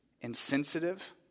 insensitive